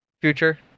future